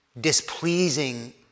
displeasing